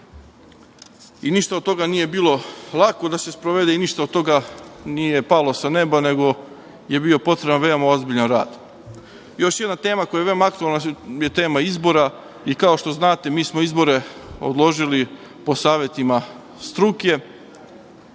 Ništa od toga nije bilo lako da se sprovede i ništa nije palo sa neba, nego je bio potreban ozbiljan rad. Još jedna tema koja je veoma aktuelna, a to je tema izbora. Kao što znate, mi smo izbore odložili po savetima struke.